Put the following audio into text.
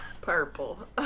purple